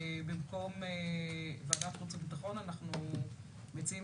במקום ועדת חוץ וביטחון אנחנו מציעים